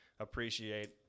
Appreciate